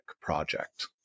project